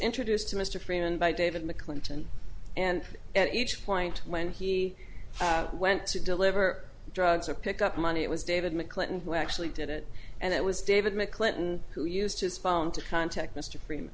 introduced to mr freeman by david mcclinton and at each point when he went to deliver drugs or pick up money it was david mcclinton who actually did it and it was david mcclinton who used his phone to contact mr freeman